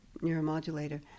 neuromodulator